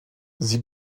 sie